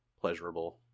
pleasurable